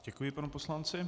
Děkuji panu poslanci.